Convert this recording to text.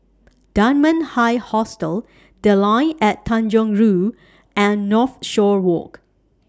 Dunman High Hostel The Line At Tanjong Rhu and Northshore Walk